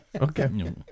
Okay